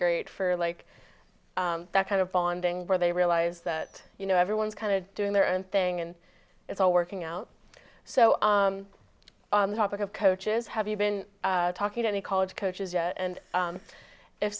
great for like that kind of bonding where they realize that you know everyone's kind of doing their own thing and it's all working out so on the topic of coaches have you been talking to any college coaches yet and